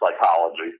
psychology